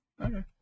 Okay